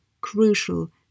crucial